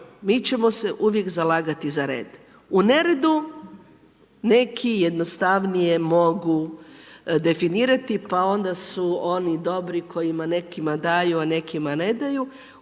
mi ćemo se uvijek zalagati za red. U neredu neki jednostavnije mogu definirati pa onda su oni dobri kojima nekima daju a nekima ne daju.